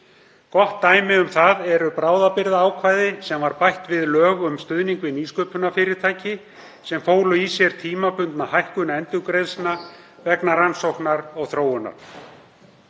Gott dæmi um það eru bráðabirgðaákvæði sem var bætt við lög um stuðning við nýsköpunarfyrirtæki sem fólu í sér tímabundna hækkun endurgreiðslna vegna rannsókna og þróunar.